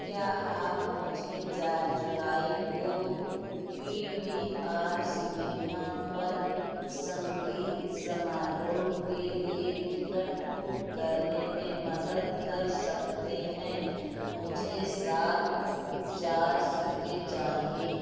क्या आप मुझे चार जुलाई को पी बी आर सिनेमा पर संगीत समारोह के लिए टिकट बुक करने में मदद कर सकते हैं मुझे सात चार सीटें चाहिए